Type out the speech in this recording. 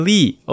Lee